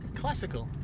classical